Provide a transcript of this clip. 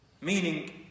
Meaning